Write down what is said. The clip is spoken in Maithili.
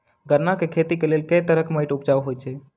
गन्ना केँ खेती केँ लेल केँ तरहक माटि उपजाउ होइ छै?